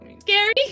scary